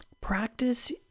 practice